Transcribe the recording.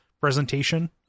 presentation